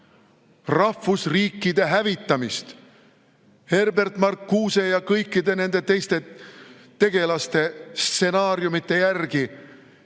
rahvusriikide hävitamist Herbert Marcuse ja kõikide nende teiste tegelaste stsenaariumite järgi